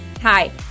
Hi